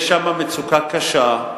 יש שם מצוקה קשה.